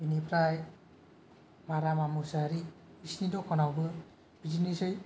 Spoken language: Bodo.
बिनिफ्राय मारामा मसाहारि बिसिनि दखानाबो बिदिनोसै